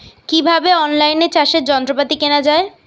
কিভাবে অন লাইনে চাষের যন্ত্রপাতি কেনা য়ায়?